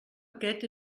aquest